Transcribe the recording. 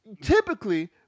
typically